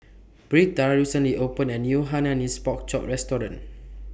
Britta recently opened A New Hainanese Pork Chop Restaurant